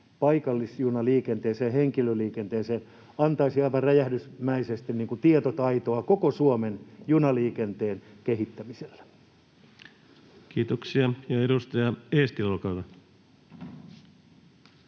paikallisjunaliikenteeseen ja henkilöliikenteeseen antaisi aivan räjähdysmäisesti tietotaitoa koko Suomen junaliikenteen kehittämiselle. Kiitoksia. — Ja edustaja Eestilä, olkaa hyvä.